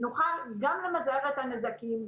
נוכל גם למזער את הנזקים,